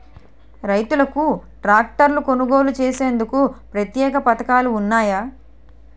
రైతులకు ట్రాక్టర్లు కొనుగోలు చేసేందుకు ప్రత్యేక పథకాలు ఉన్నాయా?